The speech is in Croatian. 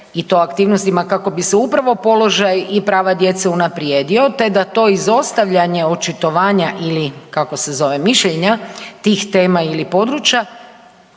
i to aktivnostima kako bi se upravo položaj i prava djece unaprijedio te da to izostavljanje očitovanja ili kako se zove, mišljenja, tih tema ili područja,